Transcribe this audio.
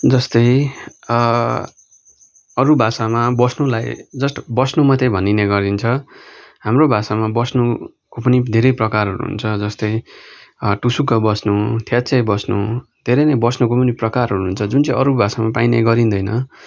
जस्तै अरू भाषामा बस्नुलाई जस्ट बस्नु मात्रै भनिने गरिन्छ हाम्रो भाषामा बस्नुको पनि धेरै प्रकारहरू हुन्छ जस्तै टुक्सुक्क बस्नु थ्याचै बस्नु धेरै नै बस्नुको पनि प्रकारहरू हुन्छ जुन चाहिँ अरू भाषामा पाइने गरिँदैन